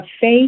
faith